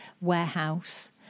warehouse